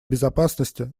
безопасности